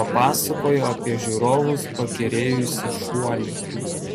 papasakojo apie žiūrovus pakerėjusį šuolį